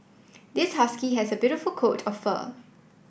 this husky has beautiful coat of fur